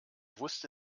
wusste